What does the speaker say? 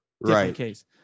Right